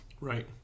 Right